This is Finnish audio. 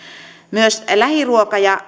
myös lähiruuan ja